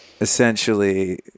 essentially